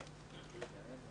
אלינו,